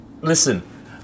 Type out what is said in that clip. listen